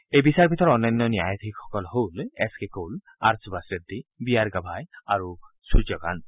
এই বিচাৰপীঠৰ অন্যান্য ন্যায়াধীশসকল হল এছ কে কল আৰ সুভাষ ৰেড্ডী বি আৰ গাভাই আৰু সূৰ্যকান্ত